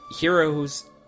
Heroes